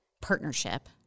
partnership